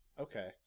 okay